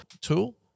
tool